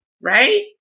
Right